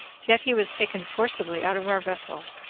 yet he was taken forcibly out of our vessel.